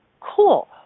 Cool